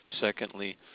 Secondly